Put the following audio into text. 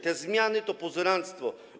Te zmiany to pozoranctwo.